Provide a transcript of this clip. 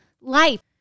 life